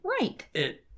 Right